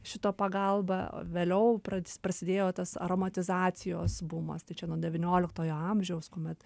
šito pagalba vėliau prats prasidėjo tas aromatizacijos bumas tai čia nuo devynioliktojo amžiaus kuomet